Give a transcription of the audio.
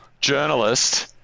journalist